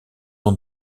ans